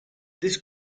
this